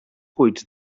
cuits